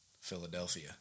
Philadelphia